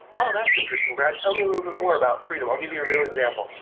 oh, that's interesting, brad. tell me a little bit more about freedom. i'll give you a real example.